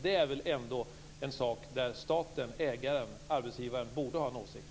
Det är väl ändå ett fall där staten, ägaren, arbetsgivaren, borde ha en åsikt.